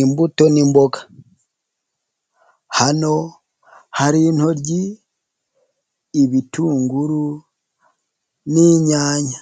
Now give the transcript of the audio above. imbuto n'imboga. Hano hari intoryi, ibitunguru n'inyanya.